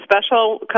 special